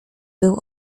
był